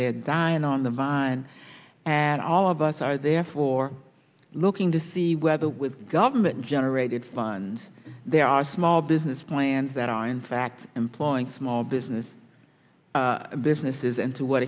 they're dying on the vine and all of us are therefore looking to see whether with government generated funds there are small business plans that are in fact employing small business this misses and to what